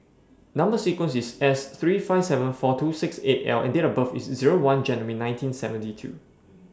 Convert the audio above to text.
Number sequence IS S three five seven four two six eight L and Date of birth IS one January nineteen seventy two